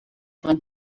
when